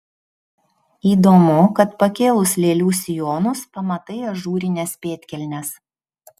įdomu kad pakėlus lėlių sijonus pamatai ažūrines pėdkelnes